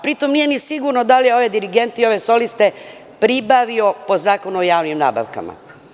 Pri tom, nije ni sigurno da li je ove dirigente i ove soliste pribavio po Zakonu o javnim nabavkama.